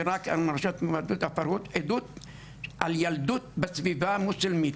עדות על ילדות בסביבה המוסלמית,